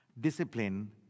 Discipline